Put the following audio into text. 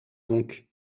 donc